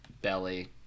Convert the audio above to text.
belly